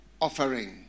offering